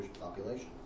population